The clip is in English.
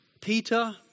Peter